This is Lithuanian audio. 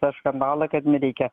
tą skandalą kad nereikia